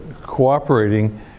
Cooperating